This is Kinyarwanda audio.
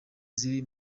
ziri